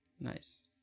Nice